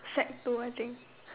sec two I think